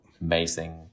amazing